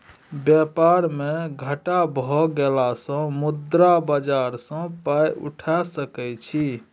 बेपार मे घाटा भए गेलासँ मुद्रा बाजार सँ पाय उठा सकय छी